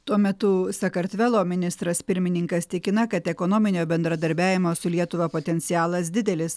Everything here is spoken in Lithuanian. tuo metu sakartvelo ministras pirmininkas tikina kad ekonominio bendradarbiavimo su lietuva potencialas didelis